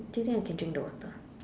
do you think I can drink the water